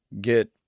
get